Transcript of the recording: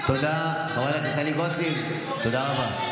חברת הכנסת טלי גוטליב, תודה רבה.